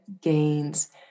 gains